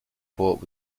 port